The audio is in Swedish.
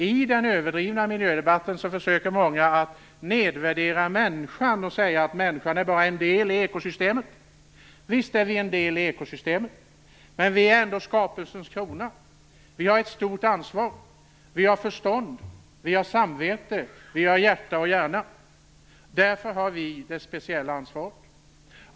I den överdrivna miljödebatten försöker många nedvärdera människan och säga att människan bara är en del i ekosystemet. Visst är vi en del i ekosystemet, men vi är ändå skapelsens krona. Vi har ett stort ansvar. Vi har förstånd, samvete, hjärta och hjärna. Därför har vi detta speciella ansvar.